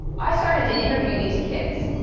i started to interview these kids,